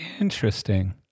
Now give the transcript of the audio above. Interesting